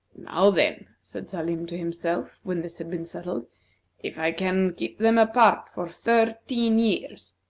now, then, said salim to himself when this had been settled if i can keep them apart for thirteen years,